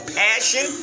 passion